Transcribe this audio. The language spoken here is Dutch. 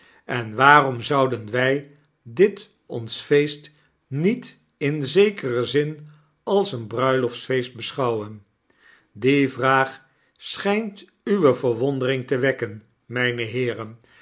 en waarom zouden wij dit ons feest niet in zekeren zin als een bruiloftsfeest beschouwen die vraag schynt uwe verwondering te wekken myne heeren